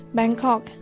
Bangkok